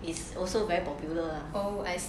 it's also very popular